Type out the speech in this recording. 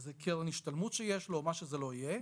איזו קרן השתלמות שיש לו, מה שזה לא יהיה.